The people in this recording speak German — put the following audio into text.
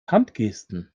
handgesten